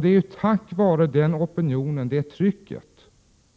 Det är tack vare detta tryck